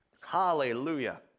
Hallelujah